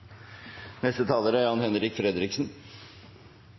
Neste taler er